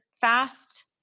fast